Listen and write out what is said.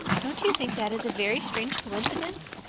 don't you think that is a very strange coincidence?